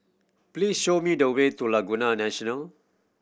please show me the way to Laguna National